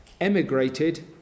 emigrated